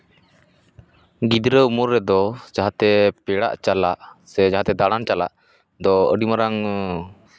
ᱜᱤᱫᱽᱨᱟᱹ ᱩᱢᱟᱹᱨ ᱨᱮᱫᱚ ᱡᱟᱛᱮ ᱯᱮᱲᱟᱜ ᱪᱟᱞᱟᱜ ᱥᱮ ᱡᱟᱦᱟᱸᱛᱮ ᱫᱟᱬᱟᱱ ᱪᱟᱞᱟᱜ ᱫᱚ ᱟᱹᱰᱤ ᱢᱟᱨᱟᱝ